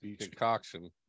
concoction